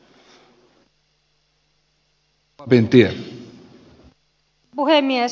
arvoisa puhemies